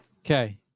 Okay